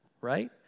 right